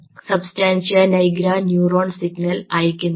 substantia nigra neuron signal അയയ്ക്കുന്നില്ല